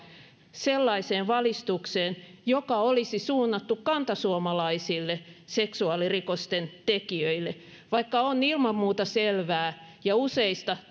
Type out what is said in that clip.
sellaiseen valistukseen joka olisi suunnattu kantasuomalaisille seksuaalirikosten tekijöille vaikka on ilman muuta selvää ja useista